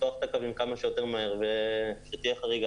לפתוח את הקווים כמה שיותר מהר ושתהיה חריגה